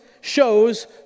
shows